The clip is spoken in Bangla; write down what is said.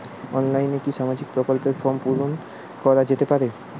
অনলাইনে কি সামাজিক প্রকল্পর ফর্ম পূর্ন করা যেতে পারে?